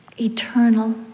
eternal